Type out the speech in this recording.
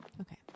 Okay